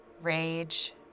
rage